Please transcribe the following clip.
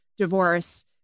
divorce